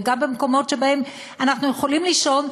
וגם במקומות שבהם אנחנו יכולים לישון,